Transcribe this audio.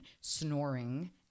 snoring